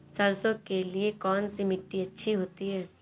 सरसो के लिए कौन सी मिट्टी अच्छी होती है?